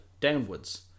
downwards